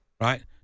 Right